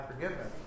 forgiveness